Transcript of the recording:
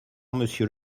monsieur